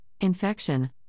infection